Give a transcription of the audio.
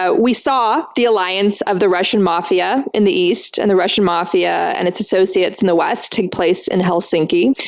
ah we saw the alliance of the russian mafia in the east, and the russian mafia and its associates in the west take place in helsinki.